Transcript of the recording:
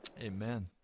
Amen